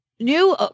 New